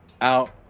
out